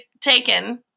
taken